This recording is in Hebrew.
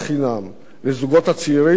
לזוגות הצעירים זה הרבה כסף.